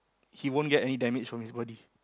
he won't get any damage from his body